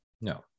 No